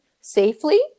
safely